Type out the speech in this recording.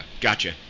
gotcha